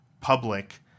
public